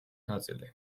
ნაწილი